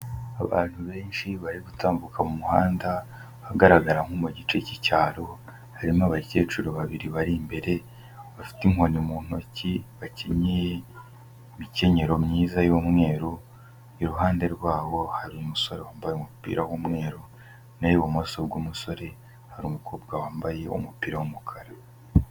Abantu benshi bari gutambuka mu muhanda, ahagaragara nko mu gice k'icyaro, harimo abakecuru babiri bari imbere, bafite inkoni mu ntoki bakinnye mikenyero myiza y'umweru, iruhande rwabo hari umusore wambaye umupira w'umweru, naho ibumoso bw'umusore, hari umukobwa wambaye umupira w'umukara.